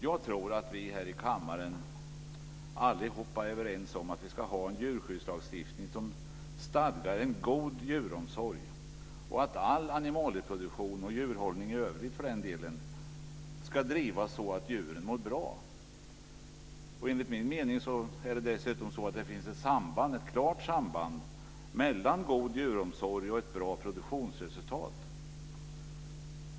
Jag tror att vi här i kammaren allihop är överens om att vi ska ha en djurskyddslagstiftning som stadgar en god djuromsorg och att all animalieproduktion, och djurhållning i övrigt för den delen, ska drivas så att djuren mår bra. Enligt min mening är det dessutom så att det finns ett klart samband mellan god djuromsorg och ett bra produktionsresultat.